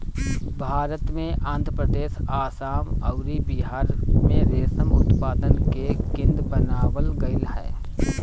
भारत में आंध्रप्रदेश, आसाम अउरी बिहार में रेशम उत्पादन के केंद्र बनावल गईल ह